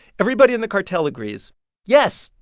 everybody in the cartel agrees yes,